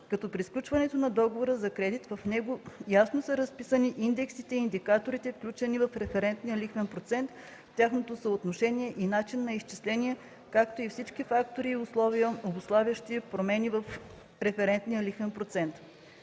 като при сключването на договора за кредит, в него ясно са разписани индексите и индикаторите, включени в референтния лихвен процент, тяхното съотношение и начин на изчисление, както и всички фактори и условия, обуславящи промени в референтния лихвен процент.